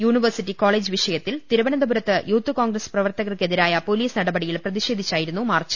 university college വിഷയത്തിൽ തിരുവനന്തപുരത്ത് youth congress പ്രവർത്തകർക്കെതിരായി പൊലീസ് നടപ ടിയിൽ പ്രതിഷേധിച്ചായിരുന്നു മാർച്ച്